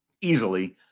easily